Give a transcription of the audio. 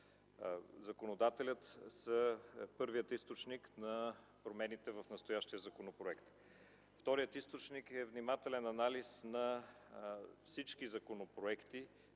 законодателя, са първият източник на промените в настоящия законопроект. Вторият източник е внимателен анализ на всички законопроекти